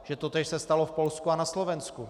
Že totéž se stalo v Polsku a na Slovensku.